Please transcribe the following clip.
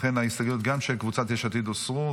לכן גם ההסתייגויות של קבוצת יש עתיד הוסרו.